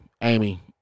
Amy